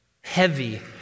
heavy